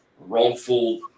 wrongful